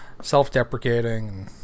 Self-deprecating